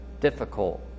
difficult